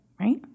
right